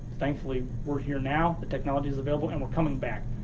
thankfully we're here now, the technology's available and we're coming back.